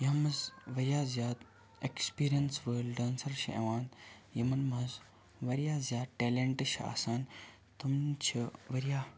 یَتھ مَنٛز واریاہ زیادٕ ایٚکسپیٖریَنٕس وٲلۍ ڈانسَر چھِ یِوان یِمَن مَنٛز واریاہ زیاد ٹیلَنٛٹہٕ چھُ آسان تِم چھِ واریاہ